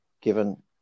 given